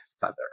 feather